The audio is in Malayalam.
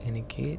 എനിക്ക്